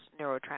neurotransmitters